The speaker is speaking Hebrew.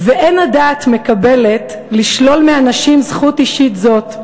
"ואין הדעת מקבלת לשלול מהנשים זכות אישית זאת,